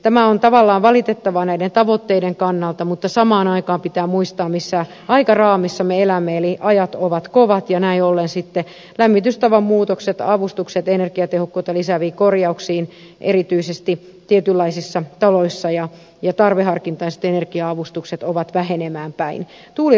tämä on tavallaan valitettavaa näiden tavoitteiden kannalta mutta samaan aikaan pitää muistaa missä aikaraamissa me elämme eli ajat ovat kovat ja näin ollen sitten lämmitystavan muutokset avustukset energiatehokkuutta lisääviin korjauksiin erityisesti tietynlaisissa taloissa ja tarveharkintaiset energia avustukset ovat vähenemään päin